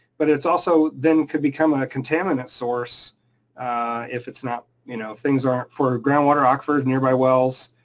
but it's also then could become a contaminant source if it's not. you know if things aren't for groundwater, aquifers, nearby wells,